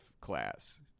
class